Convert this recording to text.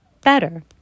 better